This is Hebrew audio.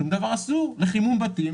שום דבר אסור, לחימום בתים